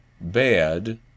bad